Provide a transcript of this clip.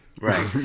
right